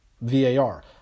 VAR